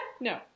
No